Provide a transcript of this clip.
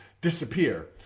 disappear